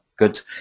good